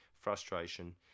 frustration